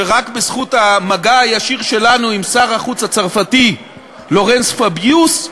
שרק בזכות המגע הישיר שלנו עם שר החוץ לורן פביוס,